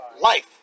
life